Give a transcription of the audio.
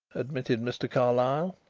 admitted mr. carlyle.